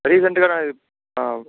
రీసెంటుగా నాది